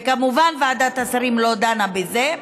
וכמובן, ועדת השרים לא דנה בזה.